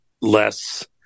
less